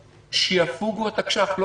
שיפוגו תקנות שעת חירום.